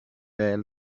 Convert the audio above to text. there